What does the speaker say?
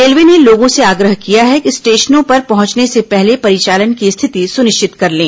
railway ने लोगों से आग्रह किया है कि स्टेशनों पर पहुंचने से पहले परिचालन की स्थिति सुनिश्चित कर लें